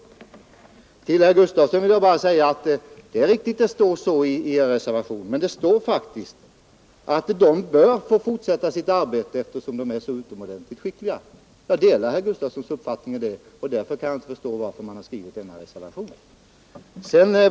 Det är riktigt, herr Gustavsson i Alvesta, att det står i reservationen att utredarna bör få fortsätta sitt arbete därför att de är så utomordentligt skickliga. Jag delar herr Gustavssons uppfattning därvidlag, och därför kan jag inte förstå varför man skrivit denna reservation.